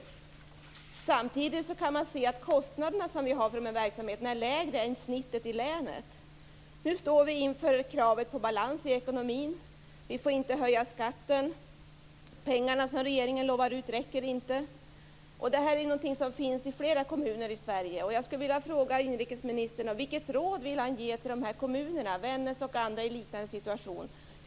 Samtidigt är kostnaden för dessa verksamheter lägre än genomsnittet i länet. Nu står kommunen inför kravet på balans i ekonomin. Man får inte höja skatten. Pengarna som regeringen lovade ut räcker inte. Så är det för flera kommuner i Sverige. Jag vill fråga inrikesministern: Vilket råd vill han ge till dessa kommuner - Vännäs och andra kommuner i liknande situation?